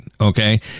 Okay